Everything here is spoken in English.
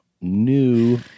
new